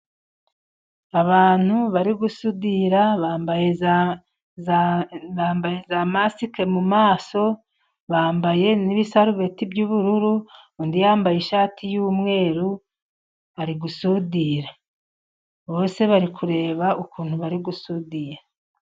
Abantu bari gusudira, bambaye za masike mu maso. Bambaye n’ibisarubeti by'ubururu. Undi umwe yambaye ishati y'umweru, na we ari gusudira. Bose bari kureba uko basudira.